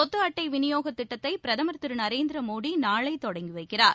கொத்து அட்டை விநியோக திட்டத்தை பிரதமர் திரு நரேந்திர மோடி தொடங்கி வைக்கிறார்